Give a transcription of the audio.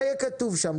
מה יהיה כתוב שם?